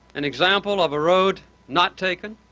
an example of a road not taken,